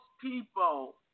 people